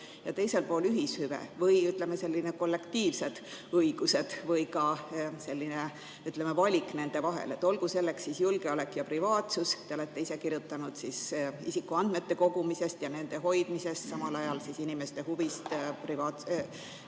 ja teisel pool ühishüve või, ütleme, sellised kollektiivsed õigused või ka selline valik nende vahel. Olgu selleks julgeolek ja privaatsus, te olete ise kirjutanud isikuandmete kogumisest ja nende hoidmisest, samal ajal inimeste huvist julgeoleku